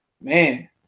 Man